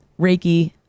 Reiki